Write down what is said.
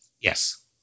Yes